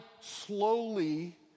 slowly